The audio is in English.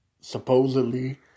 supposedly